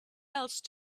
else